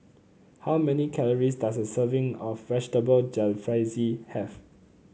how many calories does a serving of Vegetable Jalfrezi have